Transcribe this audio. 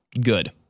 Good